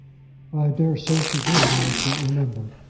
i daresay she did. i don't remember.